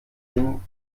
ding